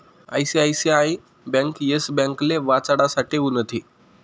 ICICI bank Yes ब्यांकले वाचाडासाठे उनथी